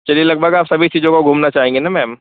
चलिए लगभग आप सभी चीजों को घूमना चाहेंगी न मैम